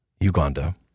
uganda